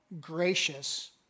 gracious